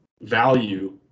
value